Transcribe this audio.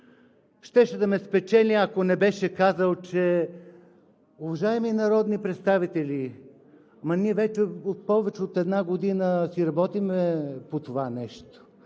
щеше да ме спечели, ако не беше казал, че: „Уважаеми народни представители, ама ние вече от повече от една година си работим по това нещо.